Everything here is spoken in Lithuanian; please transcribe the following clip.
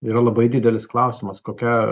yra labai didelis klausimas kokia